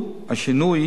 השינוי